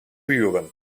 buren